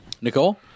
Nicole